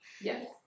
Yes